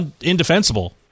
indefensible